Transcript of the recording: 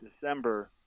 December